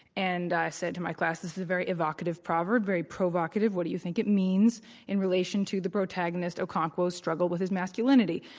and i said to my class, this is a very evocative proverb, very provocative, what do you think it means in relation to the protagonist, okonkwo's struggle with his masculinity?